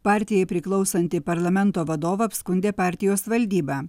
partijai priklausantį parlamento vadovą apskundė partijos valdyba